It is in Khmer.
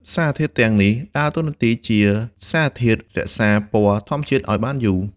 សារធាតុទាំងនេះដើរតួនាទីជាសារធាតុរក្សាពណ៌ធម្មជាតិឱ្យបានយូរ។